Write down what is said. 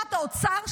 לדרישת האוצר,